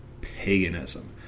paganism